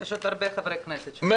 יש עוד הרבה חברי כנסת שעושים את זה.